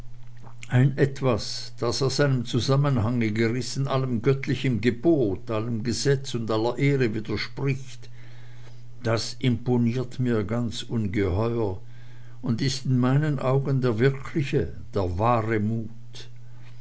ein etwas das aus seinem zusammenhange gerissen allem göttlichen gebot allem gesetz und aller ehre widerspricht das imponiert mir ganz ungeheuer und ist in meinen augen der wirkliche der wahre mut